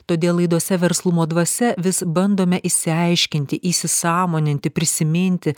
todėl laidose verslumo dvasia vis bandome išsiaiškinti įsisąmoninti prisiminti